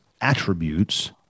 attributes